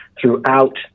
throughout